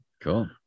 Cool